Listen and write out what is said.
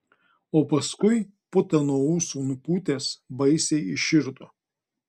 o paskui putą nuo ūsų nupūtęs baisiai įširdo